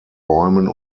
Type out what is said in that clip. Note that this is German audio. bäumen